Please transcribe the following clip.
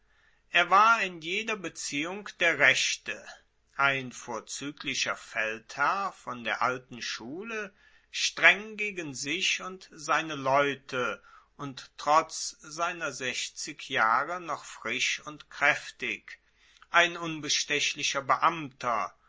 er war in jeder beziehung der rechte ein vorzueglicher feldherr von der alten schule streng gegen sich und seine leute und trotz seiner sechzig jahre noch frisch und kraeftig ein unbestechlicher beamter